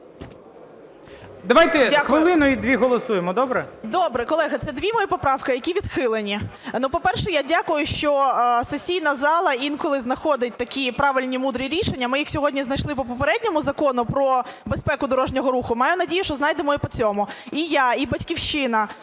Давайте хвилину - і дві голосуємо. Добре? 14:37:45 ШКРУМ А.І. Дякую. Добре. Колеги, це дві мої поправки, які відхилені. По-перше, я дякую, що сесійна зала інколи знаходить такі правильні і мудрі рішення. Ми їх сьогодні знайшли по передньому Закону про безпеку дорожнього руху, маю надію, що знайдемо і по цьому. І я, і "Батьківщина",